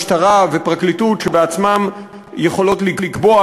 משטרה ופרקליטות שבעצמן יכולות לקבוע,